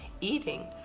eating